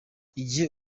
igihe